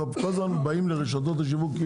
כל הזמן באים לרשתות השיווק.